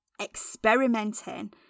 experimenting